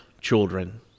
children